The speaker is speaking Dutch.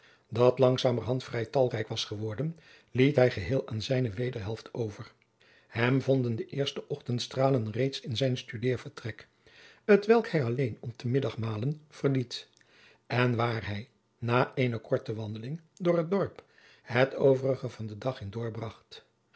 dat langzamerhand vrij talrijk was geworden liet hij geheel aan zijne wederhelft over hem vonden de eerste ochtendstralen reeds in zijn studeervertrek t welk hij alleen om te middagmalen verliet en waar hij na eene korte wandeling door het dorp het overige van den dag in doorbracht